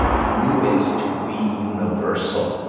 knew it to be universal,